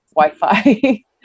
Wi-Fi